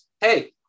Hey